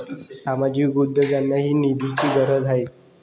सामाजिक उद्योगांनाही निधीची गरज आहे